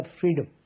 freedom